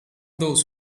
those